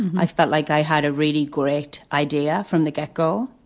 i felt like i had a really great idea from the get go.